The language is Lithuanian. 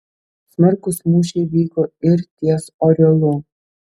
smarkūs mūšiai vyko ir ties oriolu